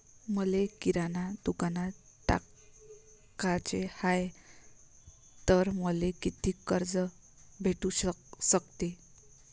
मले किराणा दुकानात टाकाचे हाय तर मले कितीक कर्ज भेटू सकते?